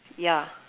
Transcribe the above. yeah